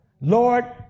Lord